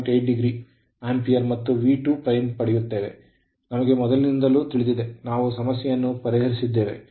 8 degree ampere ಮತ್ತು V2ಪಡೆಯುತ್ತೇವೆ ನಮಗೆ ಮೊದಲಿನಿಂದಲೂ ತಿಳಿದಿದೆ ನಾವು ಸಮಸ್ಯೆಯನ್ನು ಪರಿಹರಿಸಿದ್ದೇವೆ